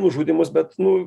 nužudymus bet nu